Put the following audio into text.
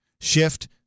Shift